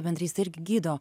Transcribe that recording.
bendrystė irgi gydo